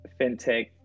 fintech